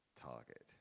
target